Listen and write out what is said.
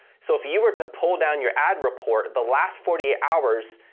so, if you were to pull down your ad report the last forty eight hours,